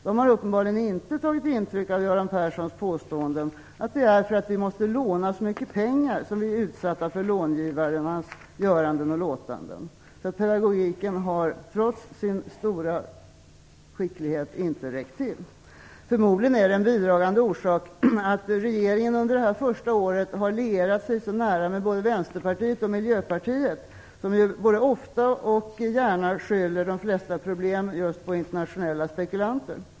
De har uppenbarligen inte tagit intryck av Göran Perssons påståenden att det är för att vi måste låna så mycket pengar som vi är utsatta för långivaren och hans göranden och låtanden. Pedagogiken har, trots Göran Perssons stora skicklighet, inte räckt till. Förmodligen är en bidragande orsak att regeringen under det här första året har lierat sig så nära med både Vänsterpartiet och Miljöpartiet, som ju ofta och gärna skyller de flesta problem just på internationella spekulanter.